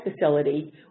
facility